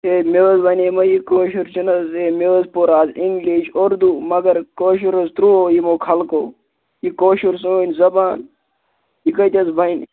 ہے مےٚ حظ وَنےمٕے یہِ کٲشُر چھُنہٕ حظ ہے مےٚ حظ پوٚر آز اِنگلِش اُردُو مگر ہے کٲشُر حظ تراوو یِمَو خلقَو یہِ کٲشُر سٲنۍ زبان یہِ کَتہِ حظ بَنہِ